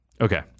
Okay